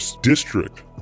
district